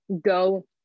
go